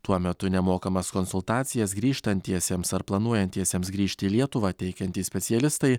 tuo metu nemokamas konsultacijas grįžtantiesiems ar planuojantiesiems grįžti į lietuvą teikiantys specialistai